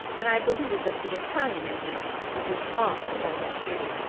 and i believe that the italian in him will respond to all that beauty.